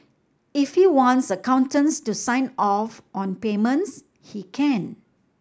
if he wants accountants to sign off on payments he can